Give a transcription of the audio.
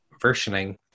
versioning